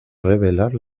revelar